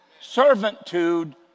Servitude